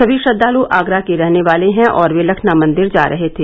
सभी श्रद्वालु आगरा के रहने वाले हैं और वे लखना मंदिर जा रहे थे